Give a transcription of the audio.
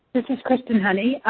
this is kristen honey.